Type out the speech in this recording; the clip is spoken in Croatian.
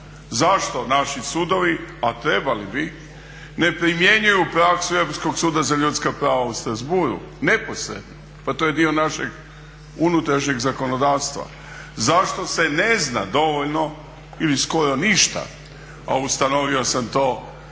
Zašto naši sudovi, a trebali bi ne primjenjuju praksu Europskog suda za ljudska prava u Strasbourgu neposredno. Pa to je dio našeg unutrašnjeg zakonodavstva. Zašto se ne zna dovoljno ili skoro ništa, a ustanovio sam to